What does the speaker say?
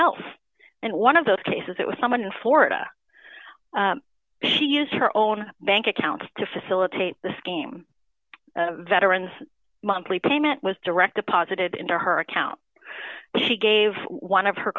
else and one of those cases it was someone in florida she used her own bank account to facilitate the scheme veterans monthly payment was directed positive into her account she gave one of her